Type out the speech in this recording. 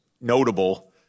notable